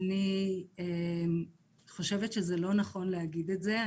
אני חושבת שזה לא נכון להגיד את זה.